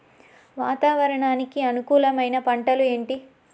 వాతావరణానికి అనుకూలమైన పంటలు ఏంటి?